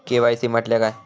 KYC म्हटल्या काय?